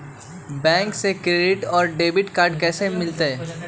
Bank से credit और debit card कैसी मिलेला?